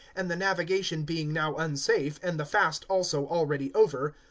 and the navigation being now unsafe and the fast also already over,